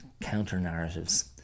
counter-narratives